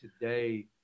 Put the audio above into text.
today